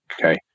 Okay